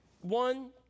one